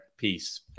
Peace